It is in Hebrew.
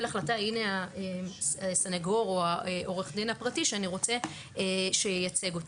החלטה על הסנגור או עורך הדין הפרטי שהוא רוצה שייצג אותו.